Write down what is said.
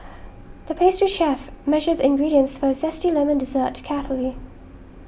the pastry chef measured the ingredients for a Zesty Lemon Dessert carefully